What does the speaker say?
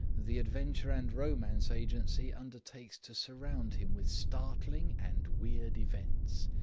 the adventure and romance agency undertakes to surround him with startling and weird events.